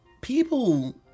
People